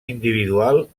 individual